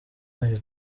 wayo